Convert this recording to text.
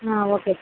ah okay sir